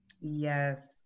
yes